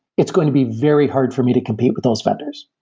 it's going to be very hard for me to compete with those vendors.